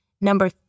Number